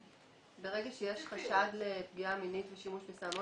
ברגע שיש חשד לפגיעה מינית ושימוש בסם אונס,